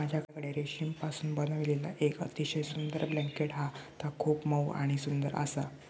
माझ्याकडे रेशीमपासून बनविलेला येक अतिशय सुंदर ब्लँकेट हा ता खूप मऊ आणि सुंदर आसा